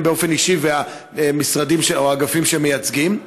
הם באופן אישי והמשרדים או האגפים שהם מייצגים?